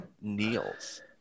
kneels